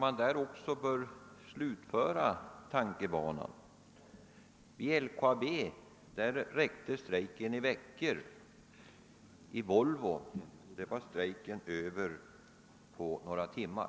Jag tror att man bör slutföra den jämförelsen, I LKAB varade strejken i veckor, i Volvo var strejken över på några timmar.